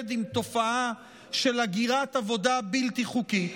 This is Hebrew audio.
עם תופעה של הגירת עבודה בלתי חוקית,